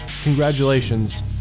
Congratulations